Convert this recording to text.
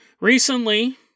Recently